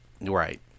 right